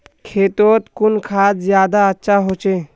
खेतोत कुन खाद ज्यादा अच्छा होचे?